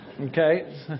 Okay